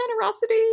generosity